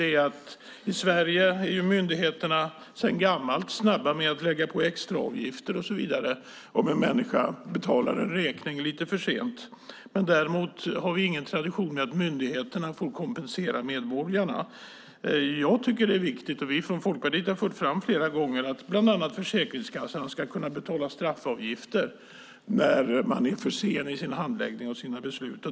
I Sverige är myndigheterna sedan gammalt snabba med att lägga på extraavgifter om en människa betalar en räkning lite för sent. Däremot har vi ingen tradition av att myndigheterna får kompensera medborgarna. Jag tycker att det är viktigt och vi från Folkpartiet har flera gånger fört fram att bland annat Försäkringskassan ska kunna betala straffavgifter när man är för sen i sin handläggning och sina beslut.